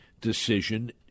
decision